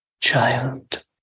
child